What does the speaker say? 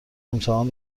امتحان